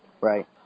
Right